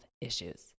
issues